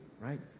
right